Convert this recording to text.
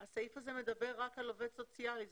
הסעיף הזה מדבר רק על עובד סוציאלי.